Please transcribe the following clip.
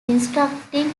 instructing